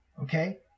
Okay